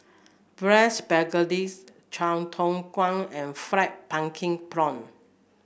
braise Chai Tow Kuay and fried pumpkin prawn